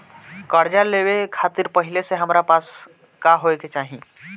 कर्जा लेवे खातिर पहिले से हमरा पास का होए के चाही?